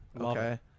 Okay